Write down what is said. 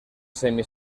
semi